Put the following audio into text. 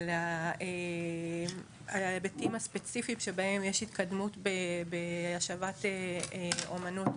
על ההיבטים הספציפיים שבהם יש התקדמות בהשבת אומנות.